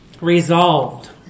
Resolved